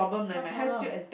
what problem